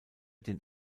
den